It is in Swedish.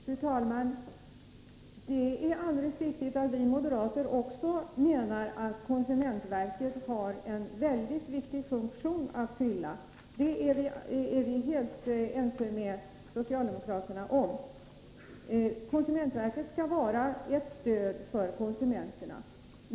Fru talman! Det är alldeles riktigt att vi moderater också menar att konsumentverket har en mycket viktig funktion att fylla — det är vi helt ense med socialdemokraterna om. Konsumentverket skall vara ett stöd för konsumenterna.